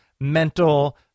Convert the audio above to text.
mental